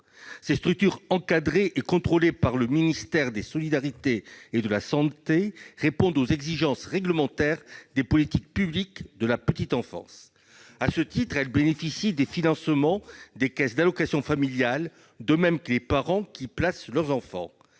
Ces structures encadrées et contrôlées par le ministère des solidarités et de la santé répondent aux exigences réglementaires des politiques publiques de la petite enfance. À ce titre, elles bénéficient des financements des caisses d'allocations familiales, de même que les parents qui y placent leurs enfants.